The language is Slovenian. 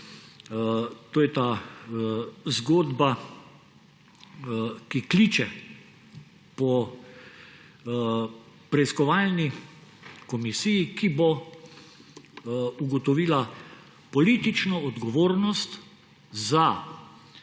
To je ta zgodba, ki kliče po preiskovalni komisiji, ki bo ugotovila politično odgovornost za